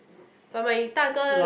but my 大哥